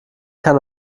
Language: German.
kann